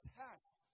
test